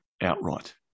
outright